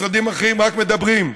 משרדים אחרים רק מדברים.